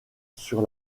sur